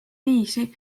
viisi